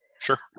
Sure